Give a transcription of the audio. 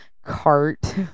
Cart